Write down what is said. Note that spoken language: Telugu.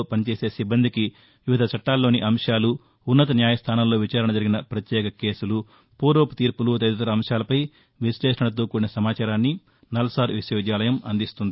లో పనిచేసే సిబ్బందికి వివిధ చట్టాల్లోని అంశాలు ఉన్నత న్యాయస్దానాల్లో విచారణ జరిగిన ప్రత్యేక కేసులు పూర్వపు తీర్పులు తదితర అంశాలపై విశ్లేషణతో కూడిన సమాచారాన్ని నల్సార్ విశ్వవిద్యాలయం అందిస్తుంది